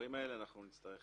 אנחנו נצטרך